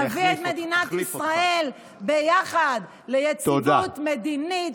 נביא את מדינת ישראל ביחד ליציבות מדינית,